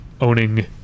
owning